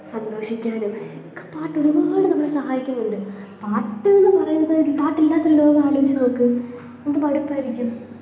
സന്തോഷിക്കാനും ക്കെ പാട്ടൊരുപാട് നമ്മളെ സഹായിക്കുന്നുണ്ട് പാട്ടെന്നു പറയുന്നത് പാട്ടില്ലാത്തൊരു ലോകാലോചിച്ചു നോക്ക് നമുക്ക് മടുപ്പായിരിക്കും